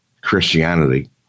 Christianity